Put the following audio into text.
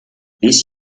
this